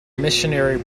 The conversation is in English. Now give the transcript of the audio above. missionary